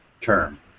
term